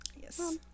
Yes